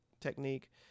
technique